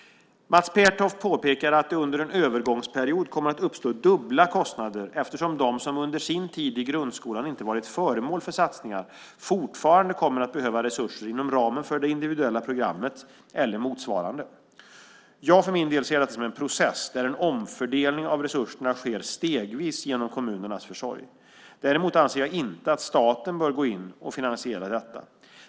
Mats Pertoft påpekar att det under en övergångsperiod kommer att uppstå dubbla kostnader eftersom de som under sin tid i grundskolan inte varit föremål för satsningar fortfarande kommer att behöva resurser inom ramen för det individuella programmet eller motsvarande. Jag för min del ser detta som en process där en omfördelning av resurserna sker stegvis genom kommunernas försorg. Däremot anser jag inte att staten bör gå in och finansiera detta.